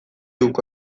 uko